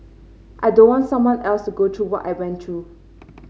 I don't want someone else to go through what I went through